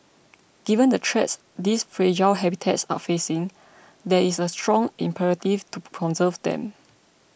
given the threats these fragile habitats are facing there is a strong imperative to conserve them